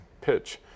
pitch